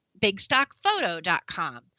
bigstockphoto.com